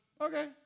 okay